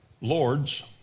lords